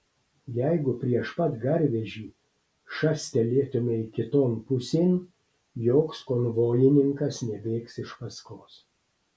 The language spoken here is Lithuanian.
jeigu prieš pat garvežį šastelėtumei kiton pusėn joks konvojininkas nebėgs iš paskos